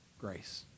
grace